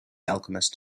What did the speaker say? alchemist